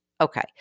Okay